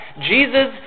Jesus